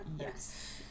Yes